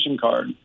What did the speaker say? card